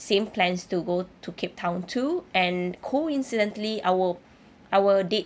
same plans to go to cape town too and coincidently our our dates